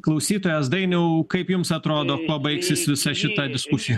klausytojas dainiau kaip jums atrodo kuo baigsis visa šita diskusija